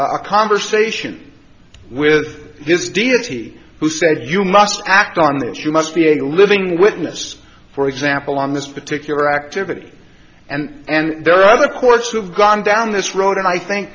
a conversation with this deity who said you must act on that you must be a living witness for example on this particular activity and there are other course who've gone down this road and i think